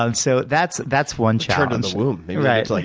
ah and so that's that's one challenge. and like